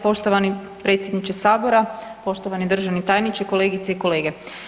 Poštovani predsjedniče Sabora, poštovani državni tajniče, kolegice i kolege.